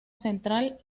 central